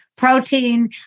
Protein